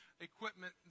equipment